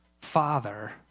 Father